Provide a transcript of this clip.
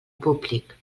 públic